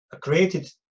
created